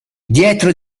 dietro